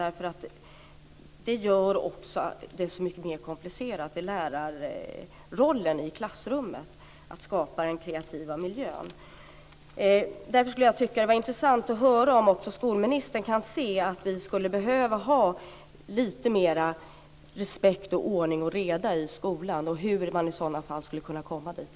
Det gör det mycket mer komplicerat med lärarrollen i klassrummet, att skapa en kreativ miljö. Därför tycker jag att det vore intressant att höra om också skolministern kan se att vi skulle behöva ha lite mer respekt och ordning och reda i skolan och hur vi i så fall skulle kunna komma dit.